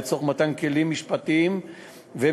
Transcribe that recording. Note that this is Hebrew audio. לצורך מתן כלים משפטיים ומבצעיים,